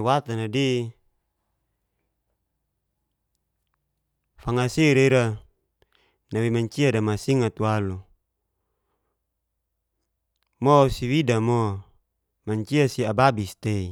watan'adi fangasi reira nawei mancia damaasingat walu mo si widamo mancia si ababis tei.